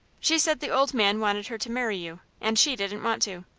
she said the old man wanted her to marry you, and she didn't want to.